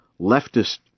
leftist